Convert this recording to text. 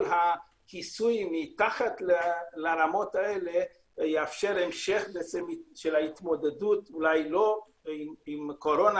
כל הכיסוי מתחת לרמות האלה יאפשר המשך של ההתמודדות עם הקורונה,